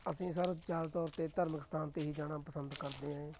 ਅਸੀਂ ਸਰ ਜ਼ਿਆਦਾ ਤੌਰ 'ਤੇ ਧਾਰਮਿਕ ਅਸਥਾਨ 'ਤੇ ਹੀ ਜਾਣਾ ਪਸੰਦ ਕਰਦੇ ਐਂ